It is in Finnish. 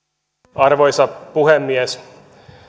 arvoisa puhemies